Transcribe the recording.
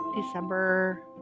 December